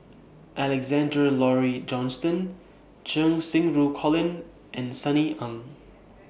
Alexander Laurie Johnston Cheng Xinru Colin and Sunny Ang